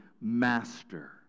Master